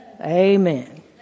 Amen